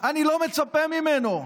אני לא מצפה ממנו,